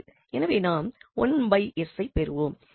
எனவே நாம் ஐ பெறுவோம்